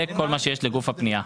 זה כל מה שיש בגוף הפנייה.